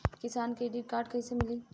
किसान credit card कइसे मिली?